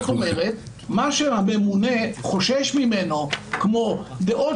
זאת אומרת מה שהממונה חושש ממנו כמו דעות